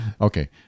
okay